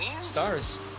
stars